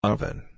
Oven